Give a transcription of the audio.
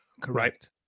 Correct